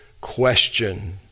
question